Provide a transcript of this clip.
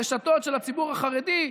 הרשתות של הציבור החרדי,